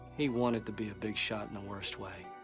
he wanted to be a big shot in the worst way,